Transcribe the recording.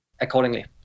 accordingly